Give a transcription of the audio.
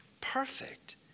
perfect